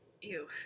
Ew